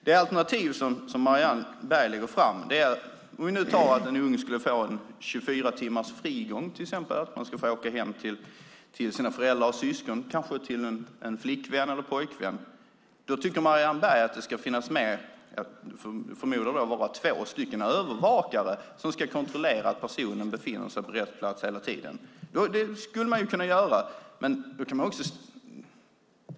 Det alternativ som Marianne Berg lägger fram till att en unge till exempel skulle få 24 timmars frigång och få åka hem till sina föräldrar och syskon, kanske till en flickvän eller pojkvän, är att det ska finnas med två övervakare som ska kontrollera att personen befinner sig på rätt plats hela tiden. Så skulle man kunna göra.